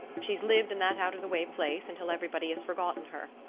she's lived in that out of the way place until everybody has forgotten her.